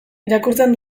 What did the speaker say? irakurtzen